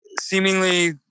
seemingly